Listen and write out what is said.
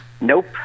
Nope